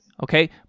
okay